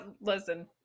Listen